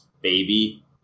baby